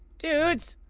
dudes.